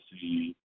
see